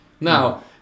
Now